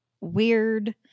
weird